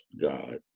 god